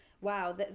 wow